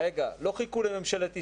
לא חיכו לממשלת ישראל.